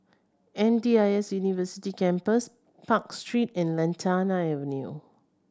M D I S University Campus Park Street and Lantana Avenue